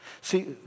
See